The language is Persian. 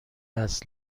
است